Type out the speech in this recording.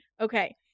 okay